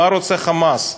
מה רוצה "חמאס"?